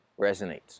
resonates